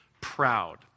proud